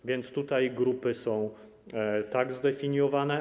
A więc tutaj grupy są tak zdefiniowane.